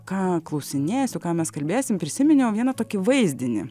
ką klausinėsiu ką mes kalbėsim prisiminiau vieną tokį vaizdinį